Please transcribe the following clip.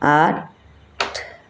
ଆଠ